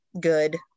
good